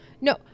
No